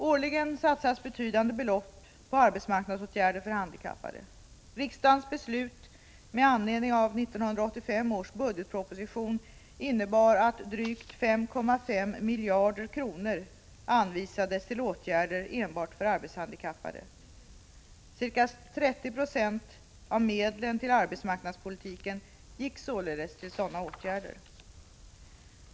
Årligen satsas betydande belopp på arbetsmarknadsåtgärder för handikappade. Riksdagens beslut med anledning av 1985 års budgetproposition innebar att drygt 5,5 miljarder kronor anvisades till åtgärder enbart för arbetshandikappade. Ca 30 20 av medlen till arbetsmarknadspolitiken gick således till sådana åtgärder.